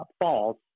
false